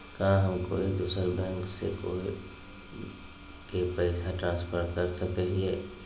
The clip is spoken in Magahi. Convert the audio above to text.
का हम कोई दूसर बैंक से कोई के पैसे ट्रांसफर कर सको हियै?